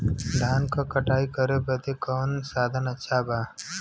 धान क कटाई करे बदे कवन साधन अच्छा बा?